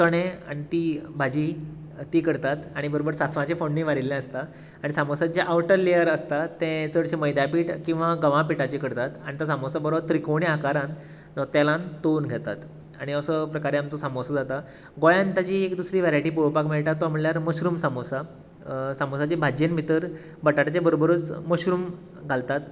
चणें आनी ती भाजी ती करतात आनी बरोबर सांसवाचें फोण्णूय मारिल्लें आसता आनी सामोसाचें आवटर लेयर तें आसता तें चडशे मैद्या पीठ वा गंवा पिठाचें करतात आनी तो सामोसा बरो त्रिकोणी आकारान तो तेलांत तळून घेतात आनी असो प्रकारे आमचो सामोसा जाता गोंयांत तेची एक दुसरी वेरायटी पळोवपाक मेळटा तो म्हळ्यार मश्रुम सामोसा सामोसाच्या भाज्जेन भितरूच बटाटाच्या बरोबरूच मश्रूम घालतात